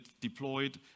deployed